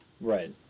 Right